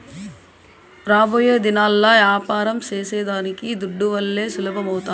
రాబోయేదినాల్ల యాపారం సేసేదానికి దుడ్డువల్లే సులభమౌతాది